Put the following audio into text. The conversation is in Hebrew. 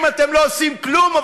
אבל אתם לא עושים כלום.